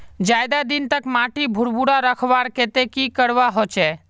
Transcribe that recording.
ज्यादा दिन तक माटी भुर्भुरा रखवार केते की करवा होचए?